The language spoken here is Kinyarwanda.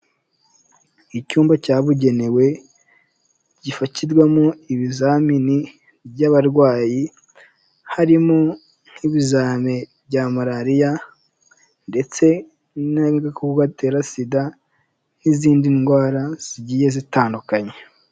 Icyumba cyabugenewe, gifatirwamwo ibizamini by'abarwayi, harimo nk'ibizami bya malariya ndetse n'agakoko gatera sida, n'izindi ndwara zigiye zitandukanye.